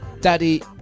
Daddy